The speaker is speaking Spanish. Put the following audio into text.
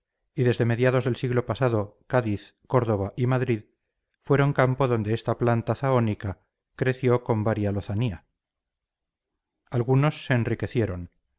y desde mediados del siglo pasado cádiz córdoba y madrid fueron campo donde esta planta zahónica creció con varia lozanía algunos se enriquecieron